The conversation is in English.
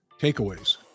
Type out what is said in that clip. takeaways